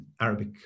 Arabic